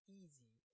easy